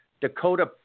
Dakota